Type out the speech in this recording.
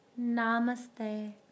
Namaste